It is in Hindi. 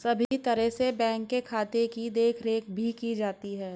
सभी तरह से बैंक के खाते की देखरेख भी की जाती है